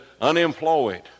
unemployed